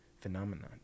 phenomenon